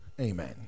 Amen